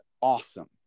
awesome